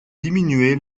diminuer